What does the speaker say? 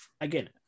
again